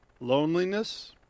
loneliness